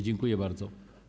Dziękuję bardzo.